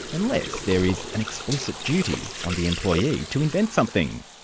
unless there is an explicit duty on the employee to invent something.